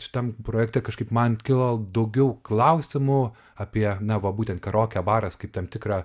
šitam projekte kažkaip man kilo daugiau klausimų apie neva būtent karaoke baras kaip tam tikrą